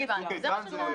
אי אפשר.